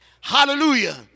Hallelujah